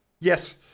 Yes